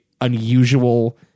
unusual